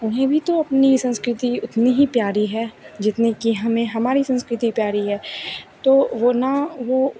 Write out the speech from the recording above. उन्हें भी तो अपनी संस्कृति उतनी ही प्यारी है जितनी कि हमें हमारी संस्कृति प्यारी है तो वह ना वह